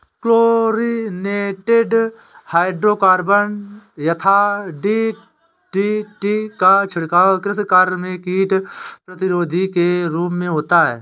chlorinated hydrocarbon यथा DDT का छिड़काव कृषि कार्य में कीट प्रतिरोधी के रूप में होता है